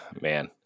man